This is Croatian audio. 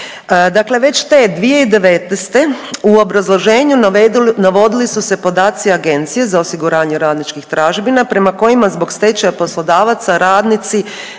Dakle, već te 2019. u obrazloženju navodili su se podaci Agencije za osiguranje radničkih tražbina prema kojima zbog stečaja poslodavaca radnici